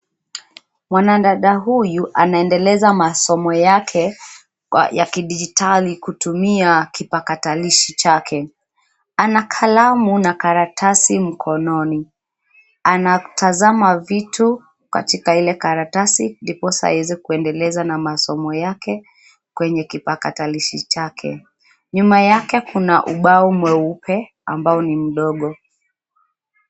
Mwanadada huyu anaendeleza masomo yake ya kidijitali kutumia kipakatalishi chake. Ana kalamu na karatasi mkononi. Anatazama vitu katika ile karatasi; ndiposa aweze kuendeleza na masomo yake kwenye kipakatishi chake. Nyuma yake kuna ubao mweupe ambao ni mdogo.